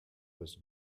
was